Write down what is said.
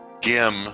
Gim